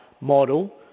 model